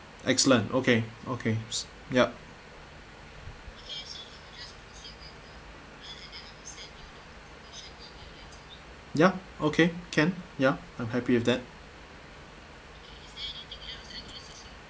excellent okay okay s~ yup ya okay can ya I'm happy with that